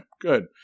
good